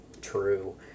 True